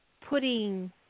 putting